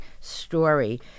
story